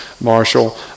Marshall